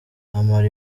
amara